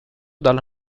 dalla